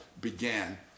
began